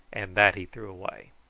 and that he threw away.